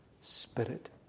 Spirit